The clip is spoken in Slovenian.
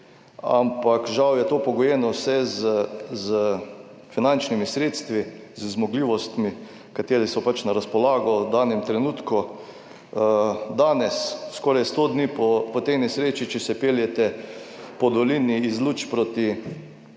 ampak žal je to pogojeno vse s finančnimi sredstvi, z zmogljivostmi katere so na razpolago v danem trenutku. Danes, skoraj 100 dni po tej nesreči, Če se peljete po dolini iz Luč proti